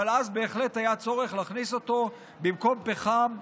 אבל אז בהחלט היה צורך להכניס אותו במקום פחם,